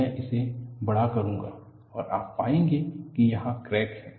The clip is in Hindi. मैं इसे बड़ा करूंगा और आप पाएंगे कि यहां क्रैक है